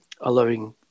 allowing